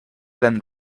than